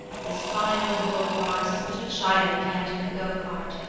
this fine old world of ours is but a child yet in the go-cart.